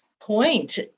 point